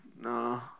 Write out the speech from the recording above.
no